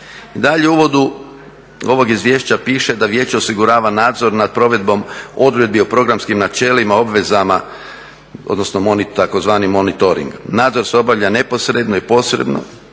Nadalje u uvodu ovog izvješća piše da je vijeće osigurava nadzor nad provedbom odredbi o programskim načelima, obvezama, odnosno tzv. monitoring. Nadzor se obavlja neposredno i posredno.